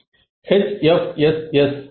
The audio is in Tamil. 75 80 ஓம்ஸ்